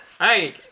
hey